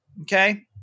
Okay